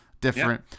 different